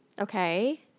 Okay